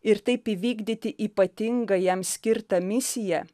ir taip įvykdyti ypatingą jam skirtą misiją